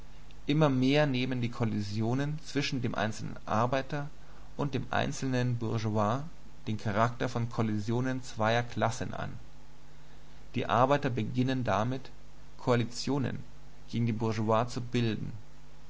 immer mehr nehmen die kollisionen zwischen dem einzelnen arbeiter und dem einzelnen bourgeois den charakter von kollisionen zweier klassen an die arbeiter beginnen damit koalitionen gegen die bourgeois zu bilden